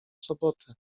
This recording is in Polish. sobotę